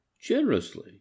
generously